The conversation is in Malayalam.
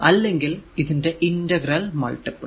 അല്ലെങ്കിൽ ഇതിന്റെ ഇന്റഗ്രൽ മൾട്ടിപ്പിൾ